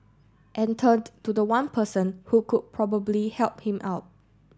and turned to the one person who could probably help him out